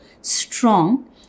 strong